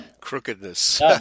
Crookedness